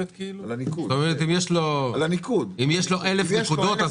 אם יש לו 1,000 נקודות,